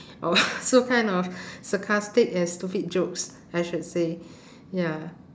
or so kind of sarcastic and stupid jokes I should say ya